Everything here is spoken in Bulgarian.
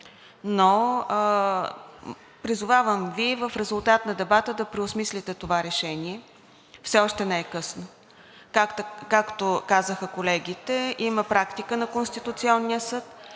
им. Призовавам Ви в резултат на дебата да преосмислите това решение – все още не е късно. Както казаха колегите, има практика на Конституционния съд